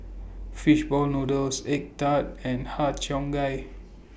Fish Ball Noodles Egg Tart and Har Cheong Gai